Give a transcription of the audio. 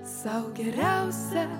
sau geriausia